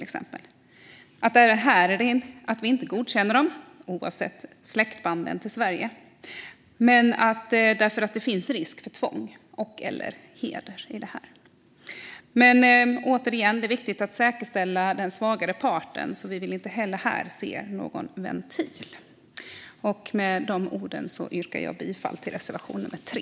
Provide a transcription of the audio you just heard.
Även här gäller att vi inte godkänner dem, oavsett släktbanden till Sverige, för det finns risk för tvång eller hedersförtryck i detta. Men återigen är det viktigt att säkerställa den svagare partens intressen, så vi vill inte heller här se någon ventil. Med de orden yrkar jag bifall till reservation 3.